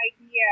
idea